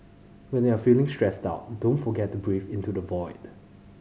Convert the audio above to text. when you are feeling stressed out don't forget to breathe into the void